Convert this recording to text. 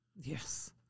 Yes